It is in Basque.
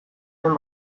den